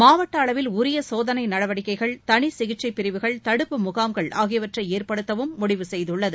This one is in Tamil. மாவட்ட அளவில் உரிய சோதளை நடவடிக்கைகள் தனி சிகிச்சைப் பிரிவுகள் தடுப்பு முகாம்கள் ஆகியவற்றை ஏற்படுத்தவும் முடிவு செய்துள்ளது